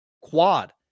quad